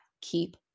Keep